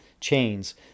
chains